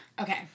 Okay